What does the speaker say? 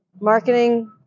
marketing